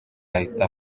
ahita